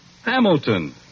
Hamilton